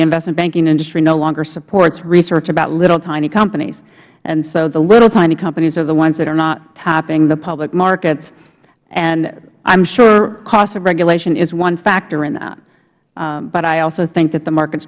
the investment banking industry no longer supports research about little tiny companies and so the little tiny companies are the ones that are not tapping the public market and i'm sure cost of regulation is one factor in that but i also think that the market